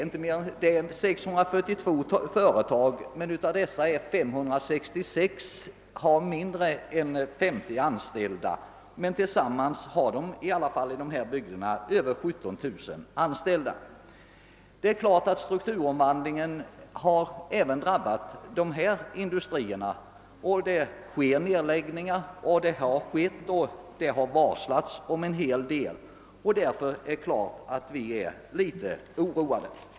Det gäller 642 företag men av dessa har 566 mindre än 50 anställda; tillsammans har de i alla fall över 17 000 anställda i dessa bygder. Det är klart att strukturomvandlingen även har drabbat dessa industrier. Det har skett och det sker nedläggningar och en hel del har varslats och därför är vi naturligtvis något oroade.